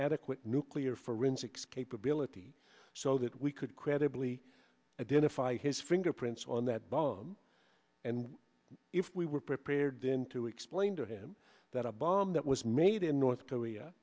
adequate nuclear forensics capability so that we could credibly identify his fingerprints on that bomb and if we were prepared then to explain to him that a bomb that was made in north korea